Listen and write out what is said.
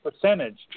percentage